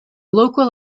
local